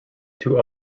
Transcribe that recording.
two